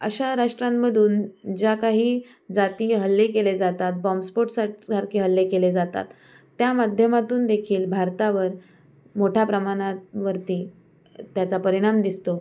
अशा राष्ट्रांमधून ज्या काही जातीय हल्ले केले जातात बॉम्बस्फोटसाक सारखे हल्ले केले जातात त्या माध्यमातून देखील भारतावर मोठ्या प्रमाणात वरती त्याचा परिणाम दिसतो